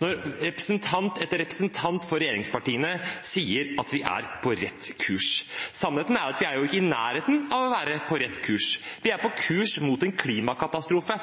når representant etter representant for regjeringspartiene sier at vi er på rett kurs. Sannheten er at vi er ikke i nærheten av å være på rett kurs. Vi er på kurs mot en klimakatastrofe.